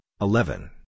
eleven